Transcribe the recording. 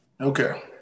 Okay